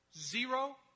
Zero